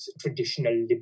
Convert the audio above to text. traditional